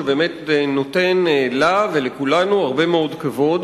שבאמת נותן לה ולכולנו הרבה מאוד כבוד.